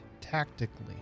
tactically